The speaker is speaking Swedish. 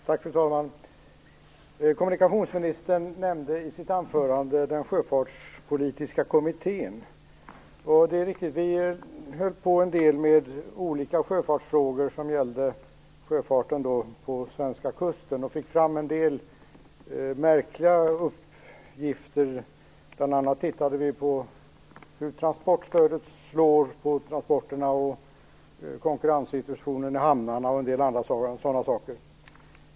Fru talman! Kommunikationsministern nämnde i sitt anförande den sjöfartspolitiska kommittén. Det är riktigt att vi höll på en del med olika sjöfartsfrågor som gällde sjöfarten längs den svenska kusten, och vi fick då fram en del märkliga uppgifter. Bl.a. tittade vi på hur transportstödet slår på transporterna, konkurrenssituationen i hamnarna och en del andra sådana saker.